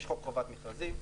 יש חוק חובת מכרזים,